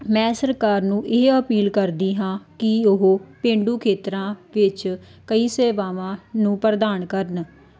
ਮੈਂ ਸਰਕਾਰ ਨੂੰ ਇਹ ਅਪੀਲ ਕਰਦੀ ਹਾਂ ਕਿ ਉਹ ਪੇਂਡੂ ਖੇਤਰਾਂ ਵਿੱਚ ਕਈ ਸੇਵਾਵਾਂ ਨੂੰ ਪ੍ਰਦਾਨ ਕਰਨ